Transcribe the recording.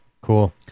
cool